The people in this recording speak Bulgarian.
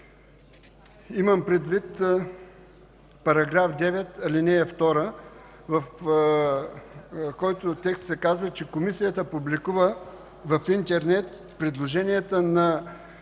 Имам предвид § 9, ал. 2, в който текст се казва, че Комисията публикува в интернет предложенията на